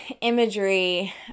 imagery